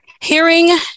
Hearing